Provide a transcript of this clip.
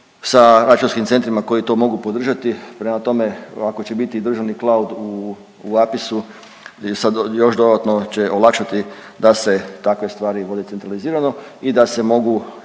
sa računskim centrima koji to mogu podržati, prema tome ako će biti državni cloud u APIS-u i sad još dodatno će olakšati da se takve stvari vode centralizirano i da se mogu